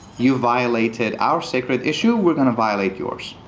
you violated our sacred issue, we're going to violate yours.